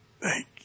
Thank